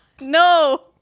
No